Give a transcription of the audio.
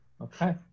okay